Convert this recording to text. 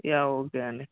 yeah okay అండి